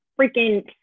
freaking